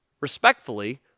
Respectfully